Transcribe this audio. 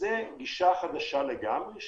זה גישה חדשה לגמרי,